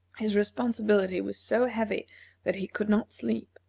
his responsibility was so heavy that he could not sleep,